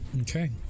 Okay